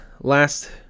last